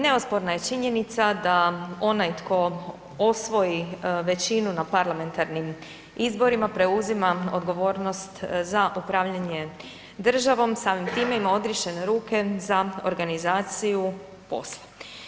Neosporna je činjenica da onaj tko osvoji većinu na parlamentarnim izborima, preuzima odgovornost za popravljanje državom, samim time ima odriješene ruke za organizaciju posla.